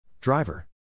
Driver